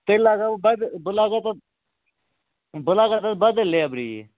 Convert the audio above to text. تیٚلہِ لاگہٕ ہا بہٕ بدٕل بہٕ لاگہٕ ہو پَتہٕ بہٕ لاگہٕ ہا تتھ بدٕل لیِبرٕے